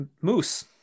Moose